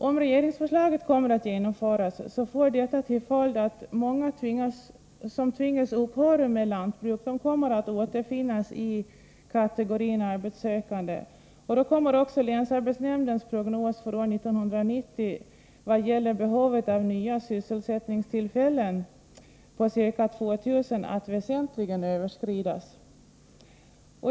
Om regeringsförslaget kommer att genomföras får detta till följd att många som tvingas upphöra med lantbruk kommer att återfinnas i kategorin arbetssökande, och då kommer också länsarbetsnämndens prognos för år 1990 i vad gäller behovet av ca 2000 nya sysselsättningstillfällen att väsentligen överskridas.